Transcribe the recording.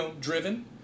driven